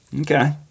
Okay